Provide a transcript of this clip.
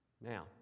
Now